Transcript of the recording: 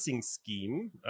scheme